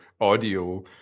audio